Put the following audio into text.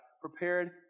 prepared